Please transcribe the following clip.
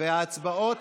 וההצבעות